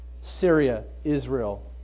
Syria-Israel